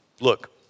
Look